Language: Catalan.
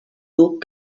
duc